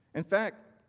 in fact,